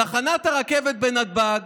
בתחנת הרכבת בנתב"ג,